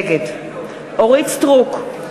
נגד אורית סטרוק,